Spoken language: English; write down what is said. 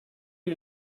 you